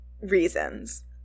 reasons